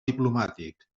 diplomàtic